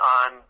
on